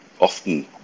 often